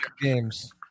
games